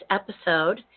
episode